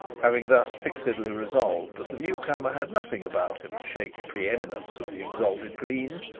having thus fixedly resolved that the new comer had nothing about him to shake the pre-eminence of the exalted green,